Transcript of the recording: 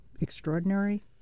extraordinary